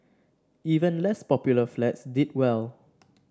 even less popular flats did well